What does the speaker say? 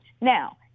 Now